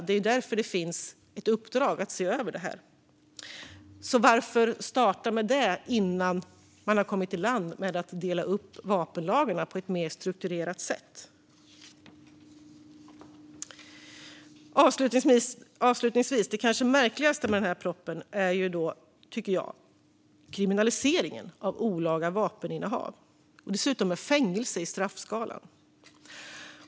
Det är därför det finns ett uppdrag att se över detta. Varför då starta med det innan man har kommit i land med att dela upp vapenlagarna på ett mer strukturerat sätt? Det kanske märkligaste med propositionen, avslutningsvis, tycker jag är kriminaliseringen av otillåtet innehav av vapenmagasin, dessutom med fängelse i straffskalan.